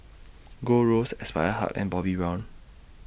Gold Roast Aspire Hub and Bobbi Brown